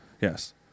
Yes